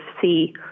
see